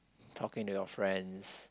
talking to your friends